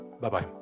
Bye-bye